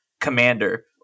Commander